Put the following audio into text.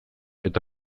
eta